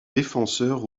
défenseur